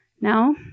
Now